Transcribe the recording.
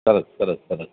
સરસ સરસ સરસ